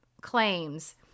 claims